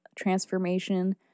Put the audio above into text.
transformation